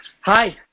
Hi